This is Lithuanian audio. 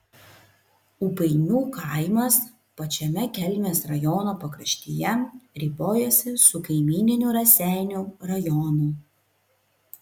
ūpainių kaimas pačiame kelmės rajono pakraštyje ribojasi su kaimyniniu raseinių rajonu